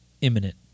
imminent